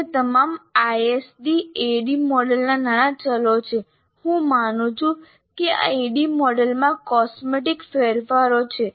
અન્ય તમામ ISDs ADDIE મોડેલના નાના ચલો છે હું માનું છું કે આ ADDIE મોડેલમાં કોસ્મેટિક ફેરફારો છે